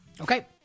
Okay